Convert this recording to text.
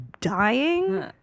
dying